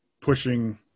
pushing